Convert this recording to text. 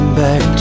back